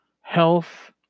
health